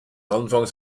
anfang